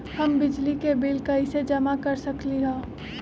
हम बिजली के बिल कईसे जमा कर सकली ह?